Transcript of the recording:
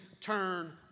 turn